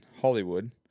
Hollywood